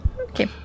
Okay